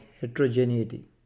heterogeneity